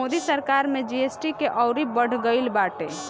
मोदी सरकार में जी.एस.टी के अउरी बढ़ गईल बाटे